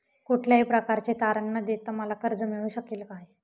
कुठल्याही प्रकारचे तारण न देता मला कर्ज मिळू शकेल काय?